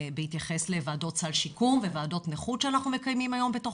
בהתייחס לוועדות סל שיקום וועדות נכות שאנחנו מקיימים היום בתוך